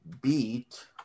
beat